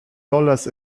dollars